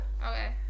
Okay